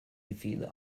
defeated